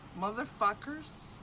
motherfuckers